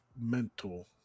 Mental